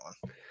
one